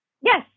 Yes